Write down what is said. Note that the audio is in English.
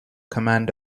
command